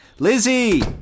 Lizzie